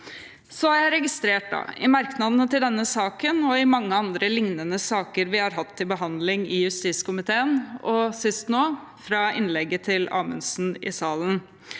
Jeg har registrert, både i merknadene til denne saken og i mange andre lignende saker vi har hatt til behandling i justiskomiteen – sist nå i innlegget fra representanten